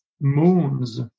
moons